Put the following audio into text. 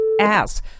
ass